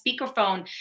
speakerphone